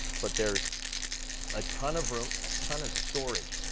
but there's a ton of room and a ton of storage.